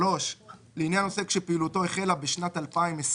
עוסק שפעילותו החלה במהלך שנת 2019